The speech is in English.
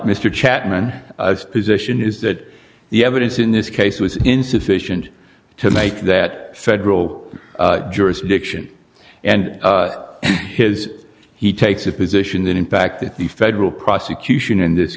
mr chatman position is that the evidence in this case was insufficient to make that federal jurisdiction and his he takes a position that in fact that the federal prosecution in this